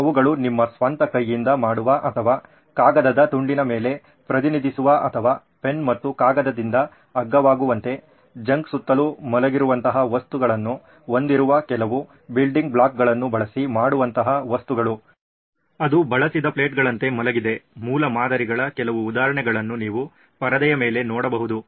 ಅವುಗಳು ನಿಮ್ಮ ಸ್ವಂತ ಕೈಯಿಂದ ಮಾಡುವ ಅಥವಾ ಕಾಗದದ ತುಂಡಿನ ಮೇಲೆ ಪ್ರತಿನಿಧಿಸುವ ಅಥವಾ ಪೆನ್ ಮತ್ತು ಕಾಗದದಿಂದ ಅಗ್ಗವಾಗುವಂತೆ ಜಂಕ್ ಸುತ್ತಲೂ ಮಲಗಿರುವಂತಹ ವಸ್ತುಗಳನ್ನು ಹೊಂದಿರುವ ಕೆಲವು ಬಿಲ್ಡಿಂಗ್ ಬ್ಲಾಕ್ಗಳನ್ನು ಬಳಸಿ ಮಾಡುವಂತಹ ವಸ್ತುಗಳು ಅದು ಬಳಸಿದ ಪ್ಲೇಟ್ಗಳಂತೆ ಮಲಗಿದೆ ಮೂಲಮಾದರಿಗಳ ಕೆಲವು ಉದಾಹರಣೆಗಳನ್ನು ನೀವು ಪರದೆಯ ಮೇಲೆ ನೋಡಬಹುದು